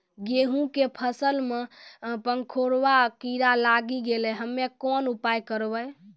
गेहूँ के फसल मे पंखोरवा कीड़ा लागी गैलै हम्मे कोन उपाय करबै?